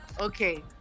okay